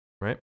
Right